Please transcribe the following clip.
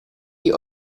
die